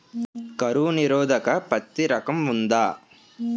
కరువు నిరోధక పత్తి రకం ఉందా?